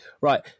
right